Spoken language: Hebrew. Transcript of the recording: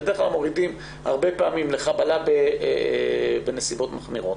הרבה פעמים מורידים לחבלה בנסיבות מחמירות.